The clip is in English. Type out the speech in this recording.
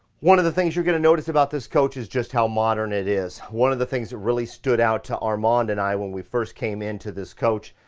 one of the things you're going to notice about this coach is just how modern it is. one of the things that really stood out to armand and i, when we first came into this coach,